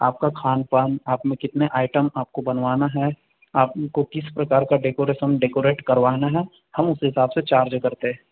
आपका खान पान आपने कितने आइटम आपको बनवाना है आपको किस प्रकार का डेकोरेशन डेकरैट करवाना है हम उस हिसाब से चार्ज करते